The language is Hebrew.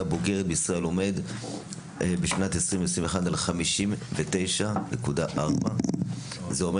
בוגרת בישראל עומד בשנת 2021 על 59.4%. זה אומר